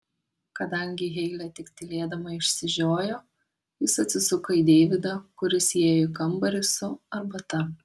kadangi heilė tik tylėdama išsižiojo jis atsisuko į deividą kuris įėjo į kambarį su arbata